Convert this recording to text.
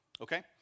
Okay